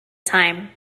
time